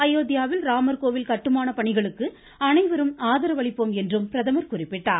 அயோத்தியாவில் ராமர் கோவில் கட்டுமானப் பணிகளுக்கு அனைவரும் ஆதரவு அளிப்போம் என்றும் பிரதமர் குறிப்பிட்டார்